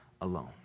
alone